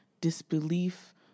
disbelief